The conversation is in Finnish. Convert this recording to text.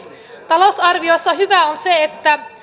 talousarviossa hyvää on se että